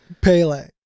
Pele